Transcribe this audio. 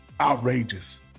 outrageous